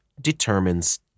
determines